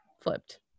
flipped